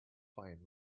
fine